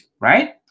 right